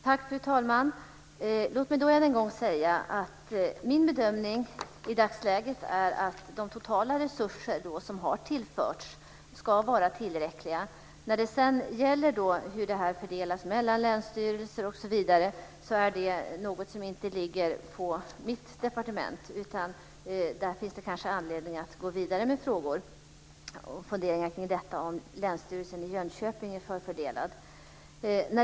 Fru talman! Låt mig ännu en gång säga att min bedömning i dagsläget är att de totala resurser som har tillförts ska vara tillräckliga. Hur detta fördelas mellan länsstyrelser osv. är något som inte ligger på mitt departement, så där finns det kanske anledning att gå vidare med frågor och funderingar kring detta med om Länsstyrelsen i Jönköping är förfördelad.